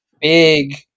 big